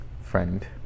friend